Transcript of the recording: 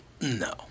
No